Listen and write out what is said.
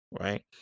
Right